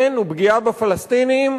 כן, הוא פגיעה בפלסטינים,